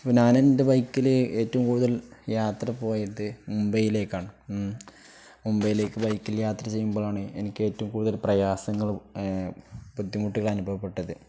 പ്പ ഞാന എൻ്റെ ബൈക്കില് ഏറ്റവും കൂടുതൽ യാത്ര പോയത് മുംബൈയിലേക്കാണ് മുംബൈയിലേക്ക് ബൈക്കിൽ യാത്ര ചെയ്യുമ്പോളാണ് എനിക്കേറ്റവും കൂടുതൽ പ്രയാസങ്ങള് ബുദ്ധിമുട്ടുകൾ അനുഭവപ്പെട്ടത്